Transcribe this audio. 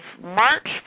March